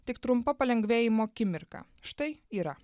tik trumpa palengvėjimo akimirka štai yra